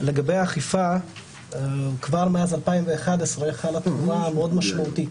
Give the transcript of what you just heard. לגבי האכיפה כבר מאז 2011 חלה תמורה מאוד משמעותית